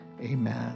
amen